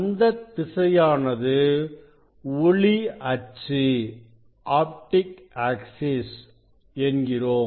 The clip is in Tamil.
அந்த திசையானது ஒளி அச்சு என்கிறோம்